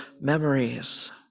memories